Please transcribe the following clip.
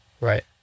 right